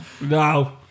No